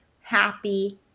happy